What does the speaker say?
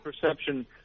perception